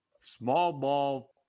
small-ball